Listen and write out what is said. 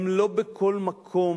גם לא בכל מקום